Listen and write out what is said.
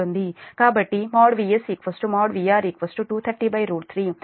కాబట్టి VS|VR| 2303 అంటే 132